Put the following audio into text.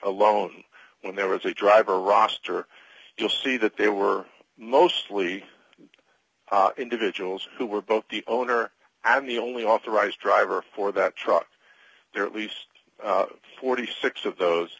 alone when there was a driver roster you'll see that they were mostly individuals who were both the owner and the only authorized driver for that truck there at least forty six of those